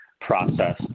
process